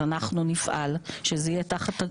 אז אנחנו נפעל שזה יהיה תחתנו.